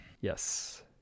yes